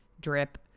drip